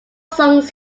songs